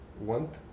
want